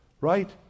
Right